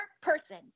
person